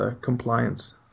compliance